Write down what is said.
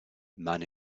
man